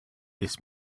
this